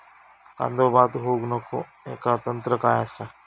कांदो बाद होऊक नको ह्याका तंत्र काय असा?